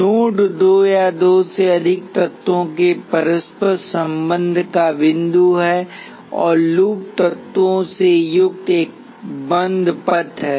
node दो या दो से अधिक तत्वों के परस्पर संबंध का बिंदु है और लूप तत्वों से युक्त एक बंद पथ है